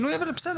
אבל בסדר,